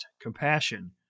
compassion